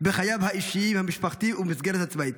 בחייו האישיים, המשפחתיים ובמסגרת הצבאית.